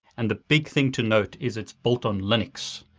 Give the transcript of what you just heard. and the big thing to note is it's built on linux,